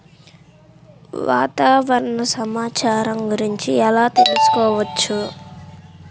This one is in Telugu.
వాతావరణ సమాచారం గురించి ఎలా తెలుసుకోవచ్చు?